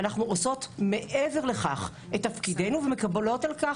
ואנחנו עושות מעבר לכך את תפקידנו ומקבלות על כך גמול.